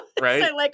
Right